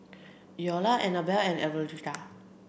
Iola Anabella and Elberta